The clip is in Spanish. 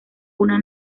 una